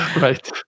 right